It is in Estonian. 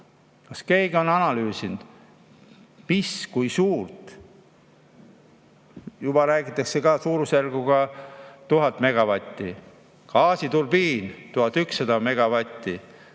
Kas keegi on analüüsinud, millise ja kui suure? Juba räägitakse suurusjärgust 1000 megavatti. Gaasiturbiin – 1100 megavatti;